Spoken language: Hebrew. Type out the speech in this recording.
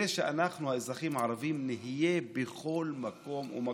וזה שאנחנו האזרחים הערבים נהיה בכל מקום ומקום,